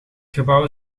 gebouw